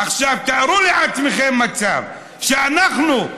עכשיו תארו לעצמכם מצב שאנחנו,